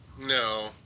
No